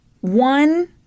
one